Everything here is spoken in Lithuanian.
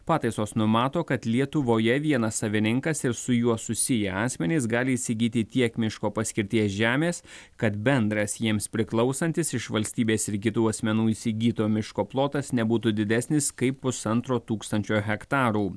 pataisos numato kad lietuvoje vienas savininkas ir su juo susiję asmenys gali įsigyti tiek miško paskirties žemės kad bendras jiems priklausantis iš valstybės ir kitų asmenų įsigyto miško plotas nebūtų didesnis kaip pusantro tūkstančio hektarų